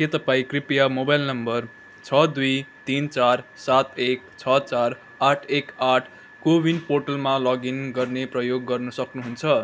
के तपाईँ कृपया मोबाइल नम्बर छ दुई तिन चार सात एक छ चार आठ एक आठ कोविन पोर्टलमा लगइन गर्ने प्रयोग गर्न सक्नुहुन्छ